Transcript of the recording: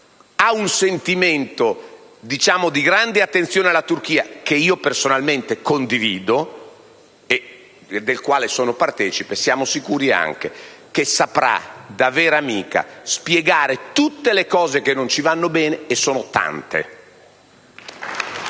ha un sentimento di grande attenzione alla Turchia (che personalmente condivido e del quale sono partecipe), da vera amica saprà spiegare tutte le cose che non ci vanno bene (e sono tante).